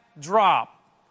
drop